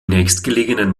nächstgelegenen